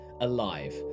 alive